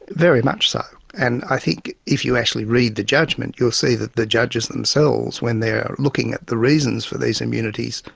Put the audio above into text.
very much so. and i think if you actually read the judgment, you'll see that the judges themselves, when they're looking at the reasons for these immunities,